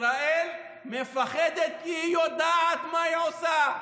ישראל מפחדת כי היא יודעת מה היא עושה,